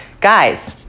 Guys